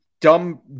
Dumb